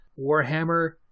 Warhammer